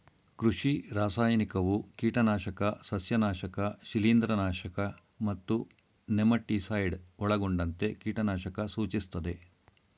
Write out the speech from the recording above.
ಕೃಷಿ ರಾಸಾಯನಿಕವು ಕೀಟನಾಶಕ ಸಸ್ಯನಾಶಕ ಶಿಲೀಂಧ್ರನಾಶಕ ಮತ್ತು ನೆಮಟಿಸೈಡ್ ಒಳಗೊಂಡಂತೆ ಕೀಟನಾಶಕ ಸೂಚಿಸ್ತದೆ